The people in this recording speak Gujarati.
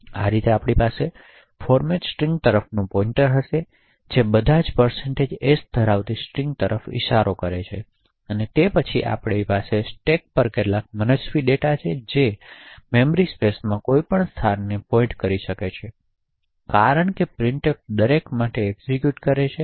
આ રીતે આપણી પાસે ફોર્મેટ સ્ટ્રિંગ તરફનો પોઇન્ટર હશે જે બધા s ધરાવતા સ્ટ્રિંગ તરફ ઇશારો કરી રહ્યો છે અને તે પછી આપણી પાસે સ્ટેક પર કેટલાક મનસ્વી ડેટા છે જે મેમરી સ્પેસમાં કોઈપણ સ્થાનને પોઇન્ટ કરી શકે છે કારણ કે પ્રિન્ટફ દરેક માટે એક્ઝેક્યુટ કરે છે